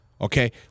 Okay